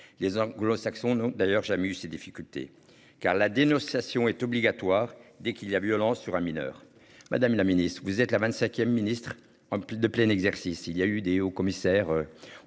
les anglo-saxons n'ont d'ailleurs jamais eu ces difficultés car la dénonciation est obligatoire dès qu'il y a violence sur un mineur. Madame la Ministre, vous êtes la 25ème Ministre en plus de plein exercice, il y a eu des commissaire.